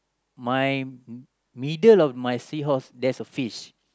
my middle of my seahorse there's a fish